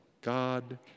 God